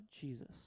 Jesus